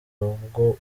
bwo